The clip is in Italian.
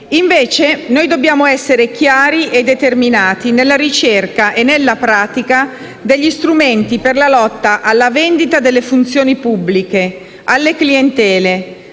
Invece, noi dobbiamo essere chiari e determinati nella ricerca e nella pratica degli strumenti per la lotta alla vendita delle funzioni pubbliche, alle clientele,